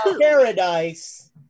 Paradise